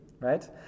Right